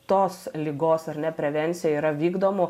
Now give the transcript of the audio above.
tos ligos ar ne prevencija yra vykdomų